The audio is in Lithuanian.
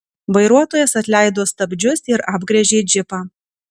vairuotojas atleido stabdžius ir apgręžė džipą